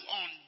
on